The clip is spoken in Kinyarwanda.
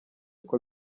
uko